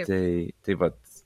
tai taip vat